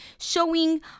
showing